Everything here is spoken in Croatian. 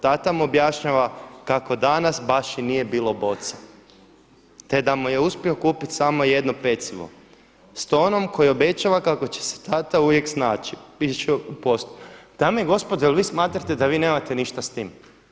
Tata mu objašnjava kako danas baš i nije bilo boca, te da mu je uspio kupiti samo jedno pecivo s tonom koji obećava kako će se tata uvijek snaći piše u …“ Dame i gospodo jel vi smatrate da vi nemate ništa s tim?